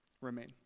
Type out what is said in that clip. remain